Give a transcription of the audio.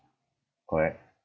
correct